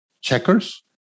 checkers